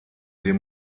dem